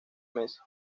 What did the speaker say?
mes